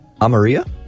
Amaria